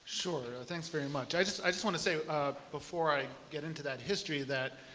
sure. thanks very much. i just i just want to say before i get into that history that